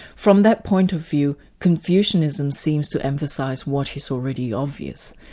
from that point of view, confucianism seems to emphasise what is already obvious.